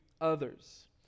others